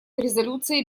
резолюции